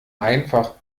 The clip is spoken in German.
einfach